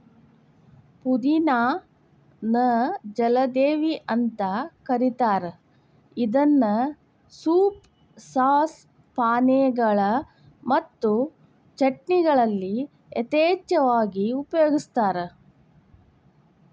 ಪುದಿನಾ ನ ಜಲದೇವಿ ಅಂತ ಕರೇತಾರ ಇದನ್ನ ಸೂಪ್, ಸಾಸ್, ಪಾನೇಯಗಳು ಮತ್ತು ಚಟ್ನಿಗಳಲ್ಲಿ ಯಥೇಚ್ಛವಾಗಿ ಉಪಯೋಗಸ್ತಾರ